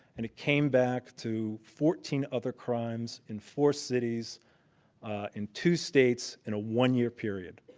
and it came back to fourteen other crimes in four cities in two states in a one year period.